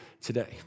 today